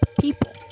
people